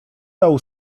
dał